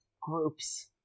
groups